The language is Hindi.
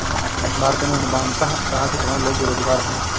भारत में अनुमानतः पांच करोड़ लोग बेरोज़गार है